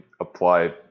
apply